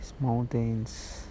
Mountains